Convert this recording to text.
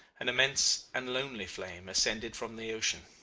an immense and lonely flame, ascended from the ocean,